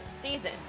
season